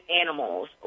animals